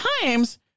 times